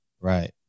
right